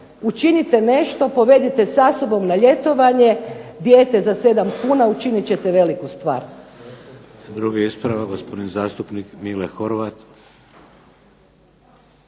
Učinite nešto, povedite sa sobom na ljetovanje dijete za 7 kuna, učinit ćete veliku stvar.